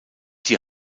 die